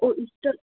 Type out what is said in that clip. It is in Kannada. ಓ ಇಷ್ಟು